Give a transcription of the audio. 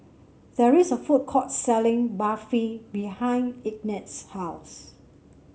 there is a food court selling Barfi behind Ignatz's house